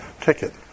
ticket